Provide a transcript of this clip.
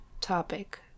topic